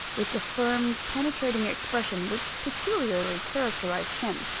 with the firm, penetrating expression which peculiarly characterized him.